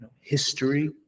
history